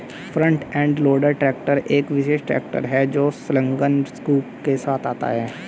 front end loader tractor एक विशेष tractor है जो संलग्न स्कूप के साथ आता है